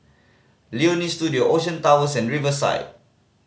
Leonie Studio Ocean Towers and Riverside